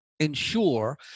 ensure